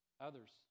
Others